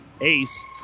ace